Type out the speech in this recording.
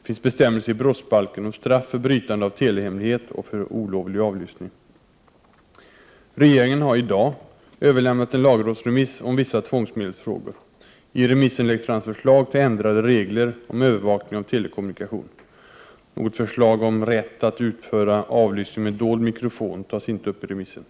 Det finns bestämmelser i brottsbalken om straff för brytande av telehemlighet och för olovlig avlyssning. Regeringen har i dag överlämnat en lagrådsremiss om vissa tvångsmedelsfrågor. I remissen läggs fram förslag till ändrade regler om övervakning av telekommunikation. Något förslag om rätt att utföra avlyssning med dold mikrofon tas inte upp i remissen.